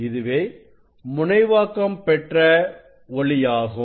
இதுவே முனைவாக்கம் பெற்ற ஒளியாகும்